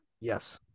Yes